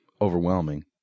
overwhelming